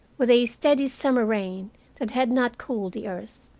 with a steady summer rain that had not cooled the earth,